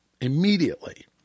immediately